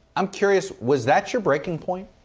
i'm curious, was that your breaking point?